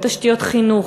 בתשתיות חינוך,